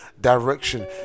direction